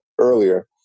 earlier